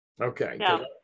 Okay